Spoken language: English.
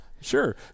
Sure